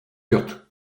kurt